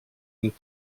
and